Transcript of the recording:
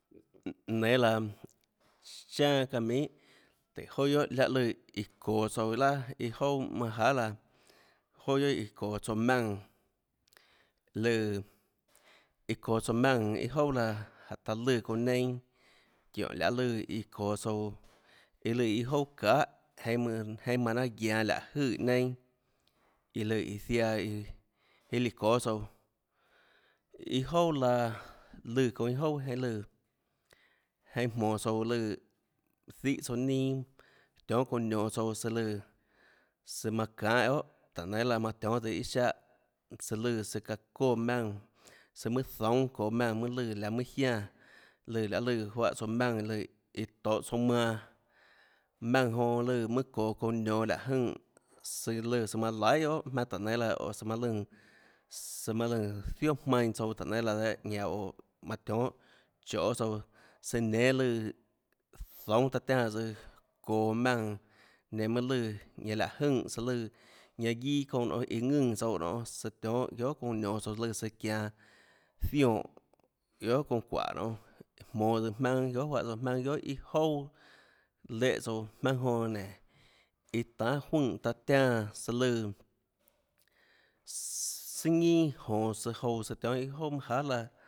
Néâ laã chanà çaã minhà tùhå joà guiohà láhã lùã iã çoå tsouã iâ laà iâ jouà manâ jahà laã joà guiohà iã çoå tsouã jmaùnã lùã iã çoå tsouã jmaùnã iâ jouà laã jánhå taã lùã çounã neinâ çiónhå laê lùã iã çoå tsouã â lùã iâ jouà çahà jeinhâ mønã jeinhâ manã nanâ guianå láå jøè neinâ iã lùã iã ziaã lùã jiâ líã çóâ tsouã iâ jouà laã lùã çounã iâ jouà jeinhâ lùã jienhâ jmonå tsouã lùã zíhã tsouã ninâ tionhâ çounã nionå tsouã søã lùnã søã manã çanhâ guiohà tùhå nénâ laã manã tionhâs iâ siáhã søã lùã søã çaã çóã maùnã søã mønâ zoúnâ mønâ çoå maùnâ mønâ lùã laå mønâ jiánã lùã laê lùã juáhã tsouã maùnã lùã iã tohå tsouã manã maùnã jonã lùãçoå çounã nionå láhå jønè søã lùã søã manã laihà guiohà jmaønâ tùhå nénâ laã oå søã manã lùnã søã manã lùnã zioà jmainã tùhå nénâ laã dehâ ñanã óå manã tionhâ choê tsouã søã nénâ lùã zoúnâ taã tiánã tsøã çoå maùnã nenã mønâ lùã ñanã láhå jønè søã lùã ñanã guiâ çounã nonê iã ðùnã tsouã nonê tsøã tionhâ guiohà çounã nionå tsouã lùã søã çianå zionè guiohà çounã çuáhå nonê jmonå tsøã jmaønâ guiohà juáhã tsouã jmaønâ guiohà iâ jouà léhã tsouã jmaønâ jonã nénå iã tanhâ juøè taã tiánã søã lùã ssss sùà ñinà jonå søã jouã søã tionhâ iâ jouà manã jahà laã